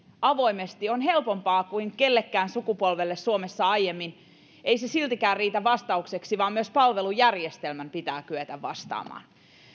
avoimesti on ehkä helpompaa kuin kenellekään sukupolvelle suomessa aiemmin niin ei se siltikään riitä vastaukseksi vaan myös palvelujärjestelmän pitää kyetä vastaamaan